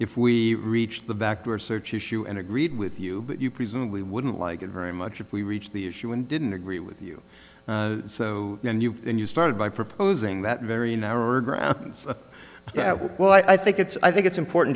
if we reach the back door search issue and agreed with you but you presumably wouldn't like it very much if we reached the issue and didn't agree with you so when you started by proposing that very narrow grounds well i think it's i think it's important